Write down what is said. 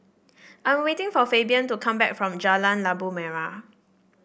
I am waiting for Fabian to come back from Jalan Labu Merah